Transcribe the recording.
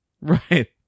Right